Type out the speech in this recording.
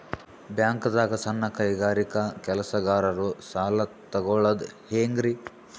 ಬ್ಯಾಂಕ್ದಾಗ ಸಣ್ಣ ಕೈಗಾರಿಕಾ ಕೆಲಸಗಾರರು ಸಾಲ ತಗೊಳದ್ ಹೇಂಗ್ರಿ?